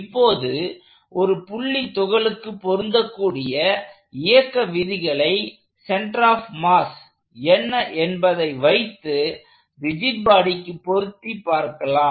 இப்போது ஒரு புள்ளி துகளுக்கு பொருந்தக்கூடிய இயக்க விதிகளை சென்டர் ஆப் மாஸ் என்ன என்பதை வைத்து ரிஜிட் பாடிக்கு பொருத்தி பார்க்கலாம்